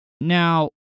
Now